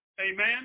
amen